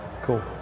Cool